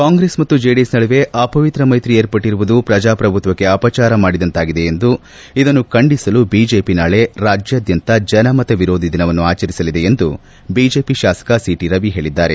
ಕಾಂಗ್ರೆಸ್ ಹಾಗೂ ಜೆಡಿಎಸ್ ನಡುವೆ ಅಪವಿತ್ರ ಮೈತ್ರಿ ಏರ್ಪಟ್ಟರುವುದು ಪ್ರಚಾಪ್ರಭುತ್ವಕ್ಷೆ ಅಪಚಾರ ಮಾಡಿದಂತಾಗಿದೆ ಇದನ್ನು ಖಂಡಿಸಲು ಬಿಜೆಪಿ ನಾಳೆ ರಾಜ್ಯಾದ್ಯಂತ ಜನಮತ ವಿರೋಧಿ ದಿನವನ್ನು ಆಚರಿಸಲಿದೆ ಎಂದು ಬಿಜೆಪಿ ಶಾಸಕ ಸಿಟಿ ರವಿ ಹೇಳಿದ್ದಾರೆ